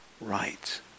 right